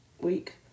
week